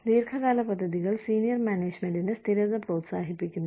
ദീർഘകാല പദ്ധതികൾ സീനിയർ മാനേജ്മെന്റിന് സ്ഥിരത പ്രോത്സാഹിപ്പിക്കുന്നു